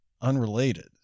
unrelated